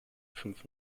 fünf